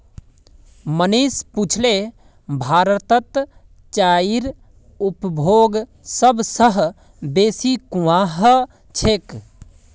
मनीष पुछले भारतत चाईर उपभोग सब स बेसी कुहां ह छेक